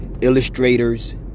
illustrators